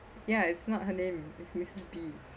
ya it's not her name it's missus P